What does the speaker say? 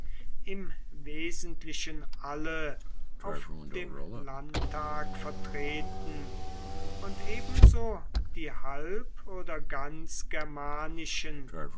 im wesentlichen alle auf dem landtag vertreten und ebenso die halb oder ganz germanischen